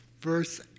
Verse